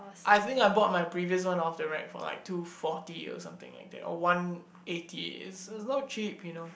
I think I bought my previous one off the rack for like two forty or something like that or one eighty it's not cheap you know